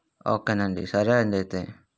okay అండి సరే అండి అయితే